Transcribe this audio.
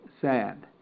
sad